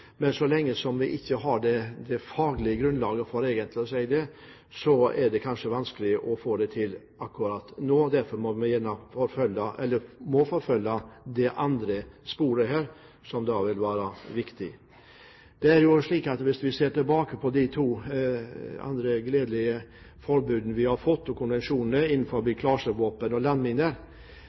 Men så lenge vi egentlig ikke har det faglige grunnlaget for å si det, er det kanskje vanskelig å få det til akkurat nå. Derfor må vi forfølge det andre sporet her, som da vil være viktig. Det er jo også slik at hvis vi ser tilbake på de to andre gledelige forbudene og konvensjonene vi har fått når det gjelder klasevåpen og landminer, visste man da ganske mye om disse og